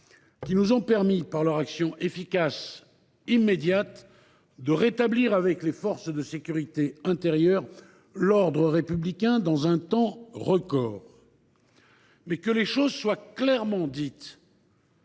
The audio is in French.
qui nous ont permis, par leur action efficace et immédiate, de rétablir, avec les forces de sécurité intérieures, l’ordre républicain dans un temps record. Que les choses soient clairement dites,